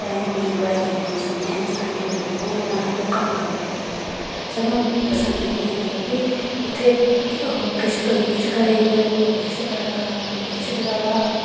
असें नेईं गीत निं सुनने असें जां अस कोह्का कम्म करन लग्गी पैने आं सानूं पसंद गै निं आंदे मतलब की उत्थें कोई किश करा दा कोई किश करा दा कोई किश करा दा कोई